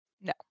No